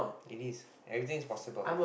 it is everything is possible